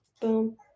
Boom